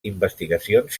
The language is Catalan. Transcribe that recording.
investigacions